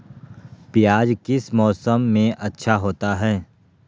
प्याज किस मौसम में अच्छा होता है?